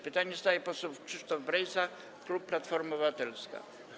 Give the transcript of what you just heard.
Pytanie zadaje poseł Krzysztof Brejza, klub Platforma Obywatelska.